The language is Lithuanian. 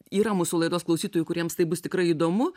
yra mūsų laidos klausytojų kuriems tai bus tikrai įdomu